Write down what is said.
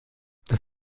das